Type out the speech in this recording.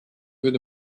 with